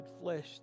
flesh